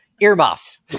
Earmuffs